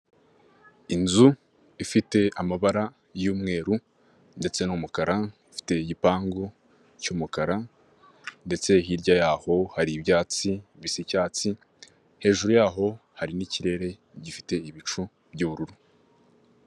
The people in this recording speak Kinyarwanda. Inzu ifite amabara y'umweru ndetse n'umukara, ufite igipangu cy'umukara ndetse hirya y'aho hari ibyatsi bisa icyatsi hejuru yaho hari n'ikirere gifite ibicu by'bururu.